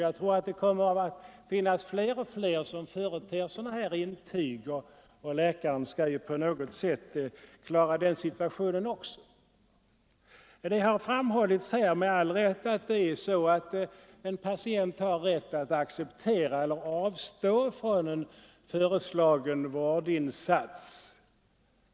Jag tror det kommer att finnas fler och fler som företer sådana intyg, och läkaren kan inte undgå att ta hänsyn till den situationen också. Det har framhållits att en patient har rätt att acceptera eller avstå från en föreslagen vårdinsats.